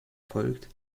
folgt